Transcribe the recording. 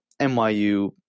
NYU